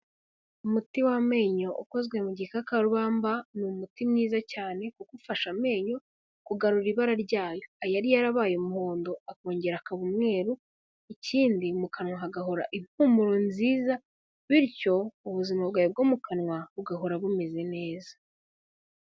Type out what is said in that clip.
Umuti w'amenyo ukozwe mu gikakarubamba, ni umuti mwiza cyane kuko ufasha amenyo kugarura ibara ryayo, ayari yarabaye umuhondo akongera akaba umweru, ikindi mu kanwa hagahora impumuro nziza, bityo ubuzima bwawe bwo mu kanwa bugahora bumeze neza.